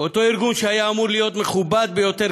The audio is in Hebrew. אותו ארגון שהיה אמור להיות מכובד ביותר,